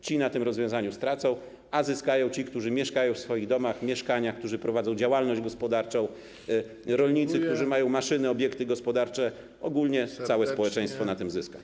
Ci na tym rozwiązaniu stracą, a zyskają ci, którzy mieszkają w swoich domach, mieszkaniach, którzy prowadzą działalność gospodarczą, rolnicy, którzy mają maszyny, obiekty gospodarcze, ogólnie całe społeczeństwo na tym zyska.